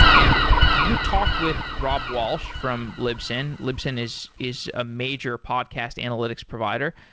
and you talked with rob walch from libsyn. libsyn is is a major podcast analytics provider.